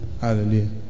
Hallelujah